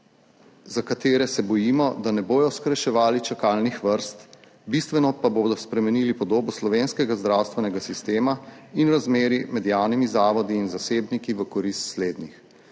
za katere se bojimo, da ne bodo skrajševali čakalnih vrst, bistveno pa bodo spremenili podobo slovenskega zdravstvenega sistema in razmerij med javnimi zavodi in zasebniki v korist slednjih.